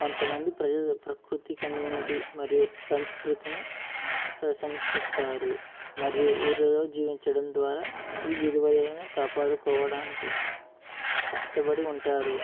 కొంతమంది ప్రజలు ప్రకృతి కమ్యూనిటీ మరియు సంస్కృతిని ప్రశంసిస్తారు మరియు ఊర్లలో జీవించడం ద్వారా ఈ విలువలను కాపాడుకోవడానికి కష్టపడి ఉంటారు